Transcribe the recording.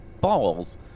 balls